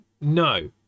no